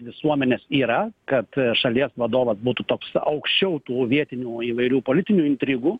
visuomenės yra kad šalies vadovas būtų toks aukščiau tų vietinių įvairių politinių intrigų